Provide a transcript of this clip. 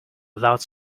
without